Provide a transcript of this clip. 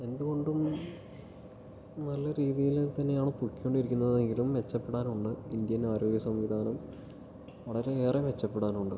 എന്തുകൊണ്ടും നല്ല രീതിയിൽ തന്നെയാണ് പോയിക്കൊണ്ടിരിക്കുന്നത് എങ്കിലും മെച്ചപ്പെടാനുണ്ട് ഇന്ത്യൻ ആരോഗ്യ സംവിധാനം വളരെയേറെ മെച്ചപ്പെടാനുണ്ട്